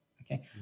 okay